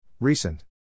Recent